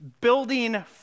building